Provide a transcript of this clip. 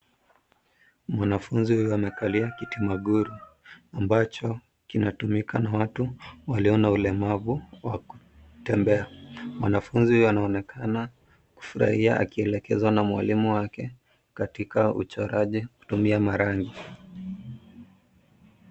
Mwanafunzi huyu amekalia kiti maguru ambacho kinatumika na watu walio na ulemavu wa kutembea. Mwanafunzi huyu anaonekana kufurahia akielekezwa na mwalimu wake katika uchoraji kutumia marangi.